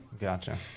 gotcha